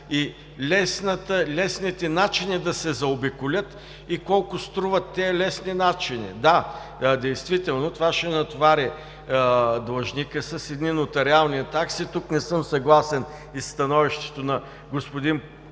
– лесните начини да се заобиколят и колко струват тези лесни начини. Да, действително това ще натовари длъжника с едни нотариални такси. Не съм съгласен със становището на господин Попов,